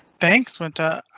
thanks, wynta.